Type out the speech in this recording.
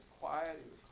quiet